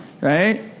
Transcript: right